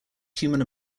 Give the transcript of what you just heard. human